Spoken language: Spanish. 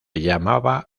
llamaba